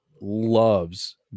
loves